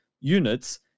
units